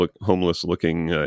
homeless-looking